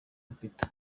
lupita